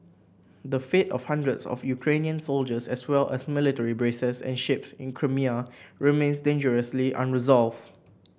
the fate of hundreds of Ukrainian soldiers as well as military bases and ships in Crimea remains dangerously unresolved